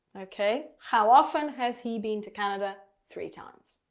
okay. how often has he been to canada three times.